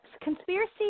conspiracy